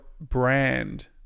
brand